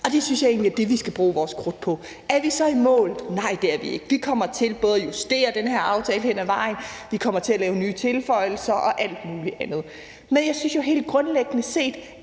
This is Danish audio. og det synes jeg egentlig er det, vi skal bruge vores krudt på. Er vi så i mål? Nej, det er vi ikke. Vi kommer til at justere den her aftale hen ad vejen, vi kommer til at lave nye tilføjelser og alt muligt andet. Men jeg synes jo helt grundlæggende set,